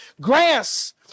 grass